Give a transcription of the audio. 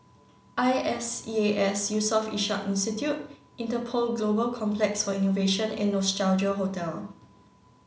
I S E A S Yusof Ishak Institute Interpol Global Complex for Innovation and Nostalgia Hotel